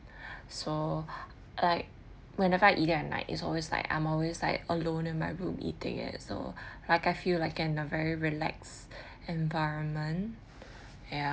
so like whenever I eat it at night is always like I'm always like alone in my room eating it at so like I feel like in a very relax environment ya